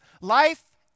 life